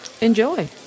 enjoy